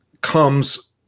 comes